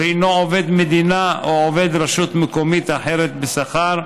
הוא עובד מדינה או עובד רשות מקומית אחרת בשכר,